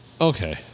Okay